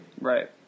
Right